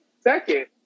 second